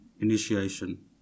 initiation